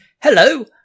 hello